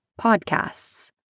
podcasts